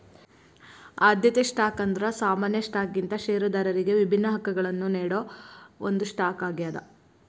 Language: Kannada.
ಆದ್ಯತೆ ಸ್ಟಾಕ್ ಅಂದ್ರ ಸಾಮಾನ್ಯ ಸ್ಟಾಕ್ಗಿಂತ ಷೇರದಾರರಿಗಿ ವಿಭಿನ್ನ ಹಕ್ಕಗಳನ್ನ ನೇಡೋ ಒಂದ್ ಸ್ಟಾಕ್ ಆಗ್ಯಾದ